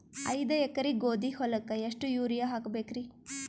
ಐದ ಎಕರಿ ಗೋಧಿ ಹೊಲಕ್ಕ ಎಷ್ಟ ಯೂರಿಯಹಾಕಬೆಕ್ರಿ?